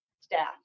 staff